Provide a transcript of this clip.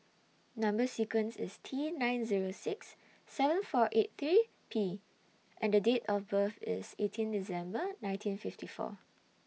Number sequence IS T nine Zero six seven four eight three P and Date of birth IS eighteen December nineteen fifty four